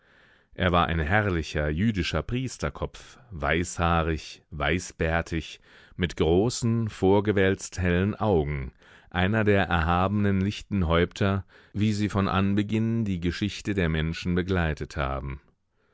er war ein herrlicher jüdischer priesterkopf weißhaarig weißbärtig mit großen vorgewälzt hellen augen einer der erhabenen lichten häupter wie sie von anbeginn die geschichte der menschen begleitet haben